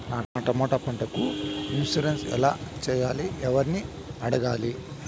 నా టమోటా పంటకు ఇన్సూరెన్సు ఎలా చెయ్యాలి? ఎవర్ని అడగాలి?